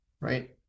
right